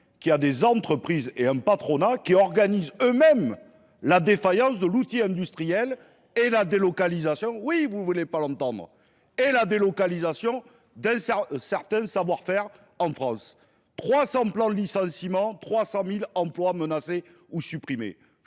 y a des entreprises et un patronat qui organisent eux-mêmes la défaillance de l'outil industriel et la délocalisation – oui, vous ne voulez pas l'entendre – et la délocalisation d'un certain savoir-faire en France. 300 plans de licenciement, 300 000 emplois menacés ou supprimés.